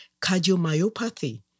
Cardiomyopathy